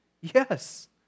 Yes